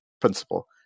principle